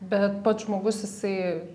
bet pats žmogus jisai